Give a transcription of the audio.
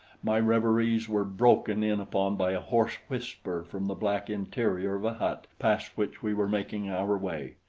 my reveries were broken in upon by a hoarse whisper from the black interior of a hut past which we were making our way.